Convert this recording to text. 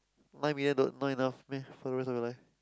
my weird not not enough meh for the rest of the life